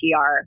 PR